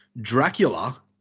Dracula